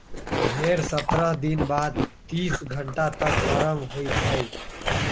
भेड़ सत्रह दिन बाद तीस घंटा तक गरम होइ छइ